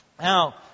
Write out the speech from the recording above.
now